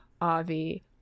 Avi